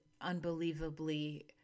unbelievably